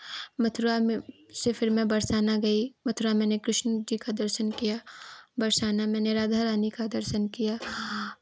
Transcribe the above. मथुरा में से फिर मैं बरसाना गई मथुरा मैंने कृष्ण जी का दर्शन किया बरसाना मैंने राधा रानी का दर्शन किया